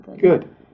Good